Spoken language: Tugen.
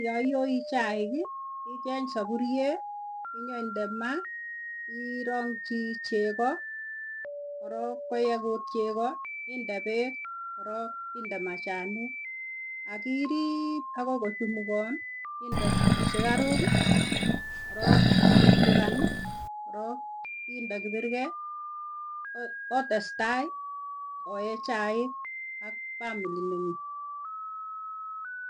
Yaiyoi chaik icheng sapuryet inyoindema, iiranchi chego korok yeyakut cheko iinde peek korook inde machanik. Akiirib akoi kochumukon inde sukaruk, korook ichukchukan korook inde kibiriket kootestai oee chaik ak family neng'ung.